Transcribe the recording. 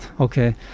Okay